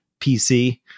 PC